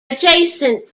adjacent